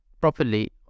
properly